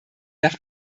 nach